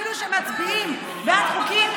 אפילו שמצביעים בעד חוקים,